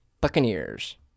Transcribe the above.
Buccaneers